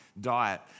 diet